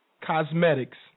Cosmetics